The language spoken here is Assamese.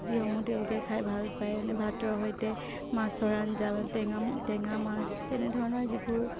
যিসমূহ তেওঁলোকে খাই ভাল পায় এনেই ভাতৰ সৈতে মাছৰ আঞ্জা বা টেঙা মাছ তেনেধৰণৰ যিবোৰ